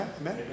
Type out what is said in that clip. Amen